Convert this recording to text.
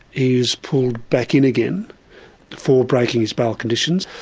he's pulled back in again for breaking his bail conditions,